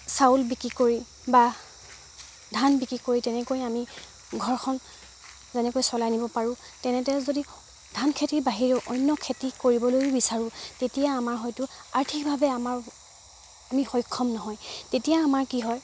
চাউল বিক্ৰী কৰি বা ধান বিক্ৰী কৰি তেনেকৈ আমি ঘৰখন যেনেকৈ চলাই নিব পাৰোঁ তেনেতে যদি ধান খেতি বাহিৰেও অন্য খেতি কৰিবলৈ বিচাৰোঁ তেতিয়া আমাৰ হয়তো আৰ্থিকভাৱে আমাৰ আমি সক্ষম নহয় তেতিয়া আমাৰ কি হয়